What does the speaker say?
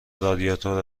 رادیاتور